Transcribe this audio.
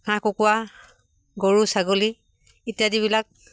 হাঁহ কুকুৰা গৰু ছাগলী ইত্যাদিবিলাক